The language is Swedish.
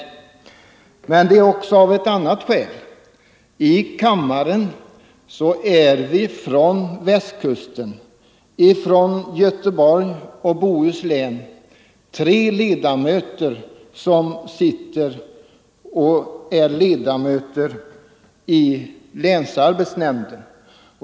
Tre riksdagsledamöter från Göteborg och Bohuslän är också ledamöter av länsarbetsnämnden.